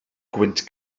gwynt